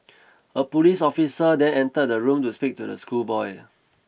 a police officer then entered the room to speak to the schoolboy